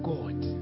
God